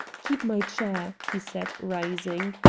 keep my chair, he said, rising.